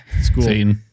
school